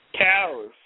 Cows